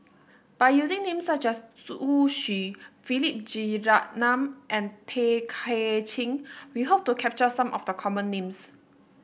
by using names such as Zhu Xu Philip Jeyaretnam and Tay Kay Chin we hope to capture some of the common names